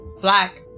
Black